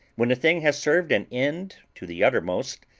when a thing has served an end to the uttermost,